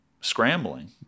scrambling